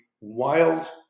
wild